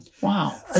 Wow